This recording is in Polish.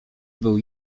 był